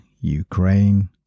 Ukraine